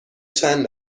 چند